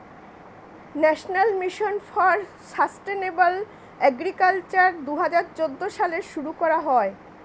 national mission for sustainable agriculture দুহাজার চৌদ্দ সালে শুরু করা হয়